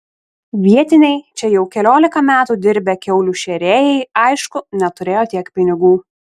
vietiniai čia jau keliolika metų dirbę kiaulių šėrėjai aišku neturėjo tiek pinigų